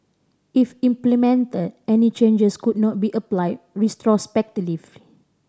if implemented any changes could not be applied retrospectively